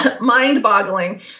Mind-boggling